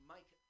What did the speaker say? Mike